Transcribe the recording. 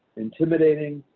intimidating,